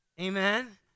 Amen